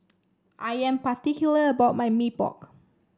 I am particular about my Mee Pok